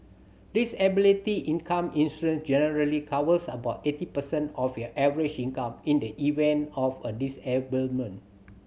disability income insurance generally covers about eighty percent of your average income in the event of a disablement